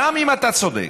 גם אם אתה צודק,